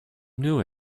knew